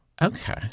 Okay